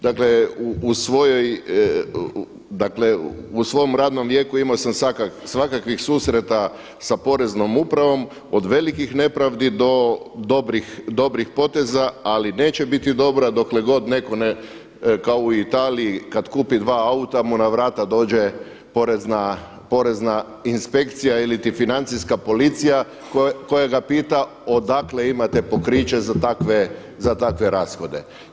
Dakle u svom radnom vijeku imao sam svakakvih susreta sa Poreznom upravom od velikih nepravdi do dobrih poteza ali neće biti dobra dokle god neko kao u Italiji kada kupi dva auta mu na vrata dođe porezna inspekcija iliti financijska policija koja ga pita odakle imate pokriće za takve rashode.